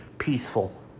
Peaceful